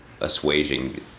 assuaging